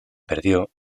perdió